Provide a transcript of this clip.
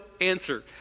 answer